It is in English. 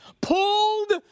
pulled